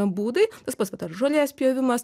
būdai tas pats kad ar žolės pjovimas